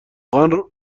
واقعا